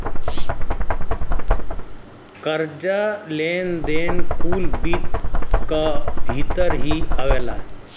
कर्जा, लेन देन कुल वित्त क भीतर ही आवला